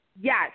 Yes